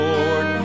Lord